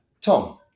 Tom